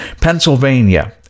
Pennsylvania